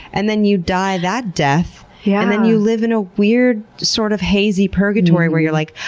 and then you die that death, yeah and then you live in a weird sort of hazy purgatory, where you're like,